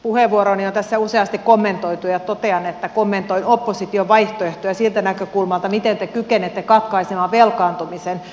puheenvuoroani on tässä useasti kommentoitu ja totean että kommentoin opposition vaihtoehtoja siltä näkökulmalta miten te kykenette katkaisemaan velkaantumisen